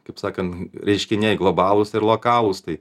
kaip sakan reiškiniai globalūs ir lokalūs tai